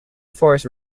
forest